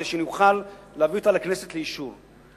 כדי שנוכל להביא אותה לכנסת לאישור.